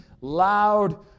loud